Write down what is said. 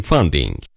Funding